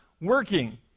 working